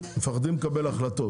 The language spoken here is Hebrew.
מפחדים לקבל החלטות.